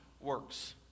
works